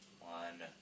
one